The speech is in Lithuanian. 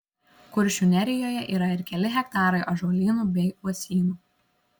kuršių nerijoje yra ir keli hektarai ąžuolynų bei uosynų